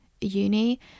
uni